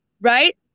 right